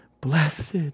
Blessed